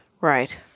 Right